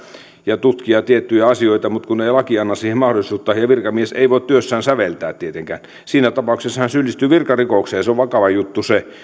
ja tutkia tiettyjä asioita mutta kun laki ei anna siihen mahdollisuutta virkamies ei voi työssään säveltää tietenkään siinä tapauksessa hän syyllistyy virkarikokseen se on vakava juttu se